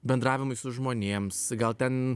bendravimui su žmonėms gal ten